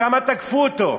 כמה תקפו אותו.